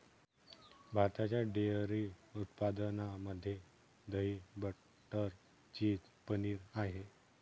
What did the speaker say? भारताच्या डेअरी उत्पादनामध्ये दही, बटर, चीज, पनीर आहे